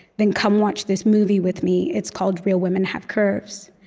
then come watch this movie with me. it's called real women have curves,